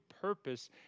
purpose